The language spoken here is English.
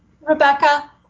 Rebecca